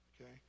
okay